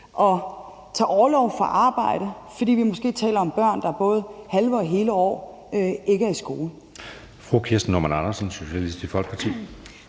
at tage orlov fra arbejde, fordi vi måske taler om børn, der både halve og hele år ikke er i skole.